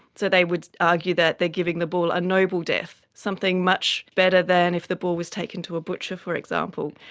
so they would argue that they are giving the bull a noble death, something much better than if the bull was taken to a butcher, for example.